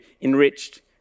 enriched